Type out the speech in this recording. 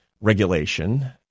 regulation